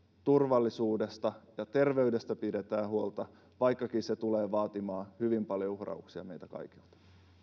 turvallisuudesta ja terveydestä pidetään huolta vaikkakin se tulee vaatimaan hyvin paljon uhrauksia meiltä kaikilta